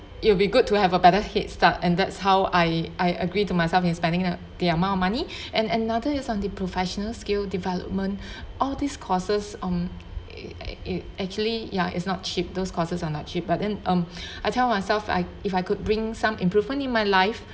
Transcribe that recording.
it'll be good to have a better headstart and that's how I I agree to myself in spending the amount of money and another is on the professional skill development all these courses um it it actually ya it's not cheap those courses are not cheap but then um I tell myself I if I could bring some improvement in my life